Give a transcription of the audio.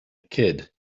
kid